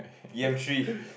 E M three